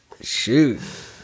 Shoot